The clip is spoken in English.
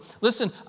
Listen